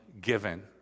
given